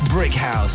Brickhouse